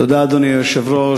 תודה, אדוני היושב-ראש.